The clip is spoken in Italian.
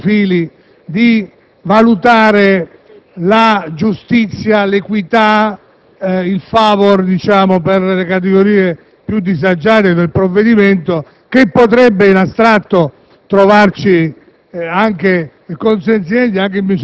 che qui non si tratta solo, sotto alcuni profili, di valutare la giustizia, l'equità e, diciamo, il *favor* per le categorie più disagiate del provvedimento - che potrebbe in astratto trovarci